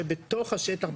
שבתוך השטח,